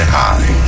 high